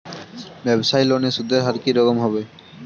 ব্যবসায়ী লোনে সুদের হার কি রকম হবে?